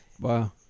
Wow